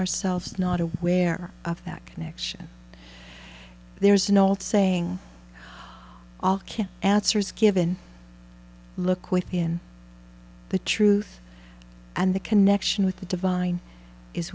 ourselves not aware of that connection there's an old saying all can answer is given look within the truth and the connection with the divine is